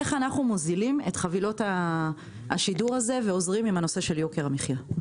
איך אנחנו מוזילים את חבילות השידור האלה ועוזרים בנושא של יוקר המחיה?